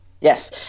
Yes